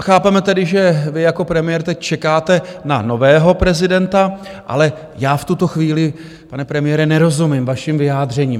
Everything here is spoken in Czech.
Chápeme tedy, že vy jako premiér teď čekáte na nového prezidenta, ale já v tuto chvíli, pane premiére, nerozumím vašim vyjádřením.